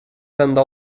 vända